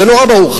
זה נורא ברור.